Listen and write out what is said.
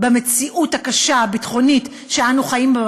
במציאות הביטחונית הקשה שאנו חיים בה,